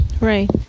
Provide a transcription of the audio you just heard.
Right